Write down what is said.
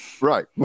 Right